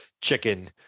chicken